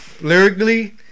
lyrically